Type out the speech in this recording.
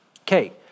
Okay